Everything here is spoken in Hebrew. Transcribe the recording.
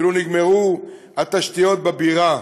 כאילו נגמרו התשתיות בבירה.